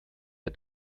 der